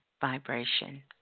vibration